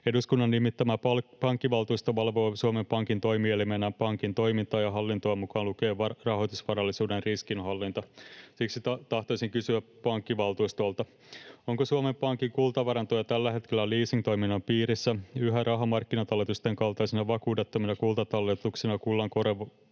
Eduskunnan nimittämä pankkivaltuusto valvoo Suomen Pankin toimielimenä pankin toimintaa ja hallintoa mukaan lukien rahoitusvarallisuuden riskien hallinta. Siksi tahtoisin kysyä pankkivaltuustolta: Onko Suomen Pankin kultavarantoja tällä hetkellä leasingtoiminnan piirissä yhä rahamarkkinatalletusten kaltaisina vakuudettomina kultatalletuksina, kullan